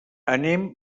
anem